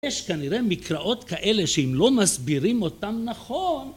יש כנראה מקראות כאלה שאם לא מסבירים אותן נכון...